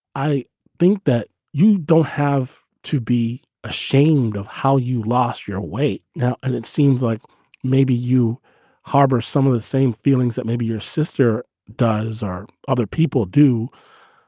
i think that you don't have to be ashamed of how you lost your way now and it seems like maybe you harbor some of the same feelings that maybe your sister does or other people do.